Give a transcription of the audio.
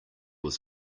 was